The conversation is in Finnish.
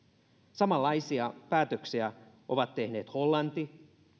samanlaisia päätöksiä ovat tehneet hollanti